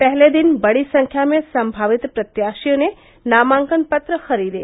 पहले दिन बड़ी संख्या में सम्भावित प्रत्याशियों ने नामांकन पत्र खरीदे